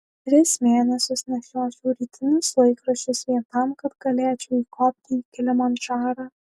tris mėnesius nešiočiau rytinius laikraščius vien tam kad galėčiau įkopti į kilimandžarą